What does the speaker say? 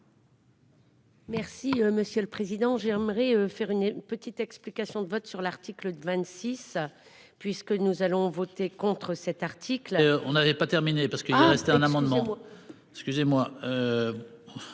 Merci, monsieur le Président, j'aimerais faire une petite explication de vote sur l'article de 26 puisque nous allons voter contre cet article. Là on n'avait pas terminé parce qu'il y un amendement. Excusez-moi.